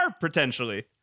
potentially